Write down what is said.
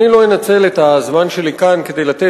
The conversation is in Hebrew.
אני לא אנצל את הזמן שלי כאן כדי לתת